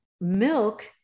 milk